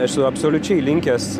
esu absoliučiai linkęs